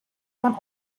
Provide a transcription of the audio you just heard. van